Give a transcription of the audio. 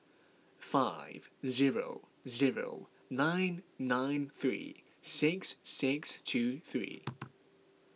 five zero zero nine nine three six six two three